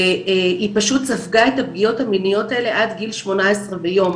והיא פשוט ספגה את הפגיעות המיניות האלה עד גיל 18 ויום,